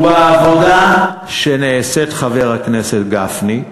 ובעבודה שנעשית, חבר הכנסת גפני,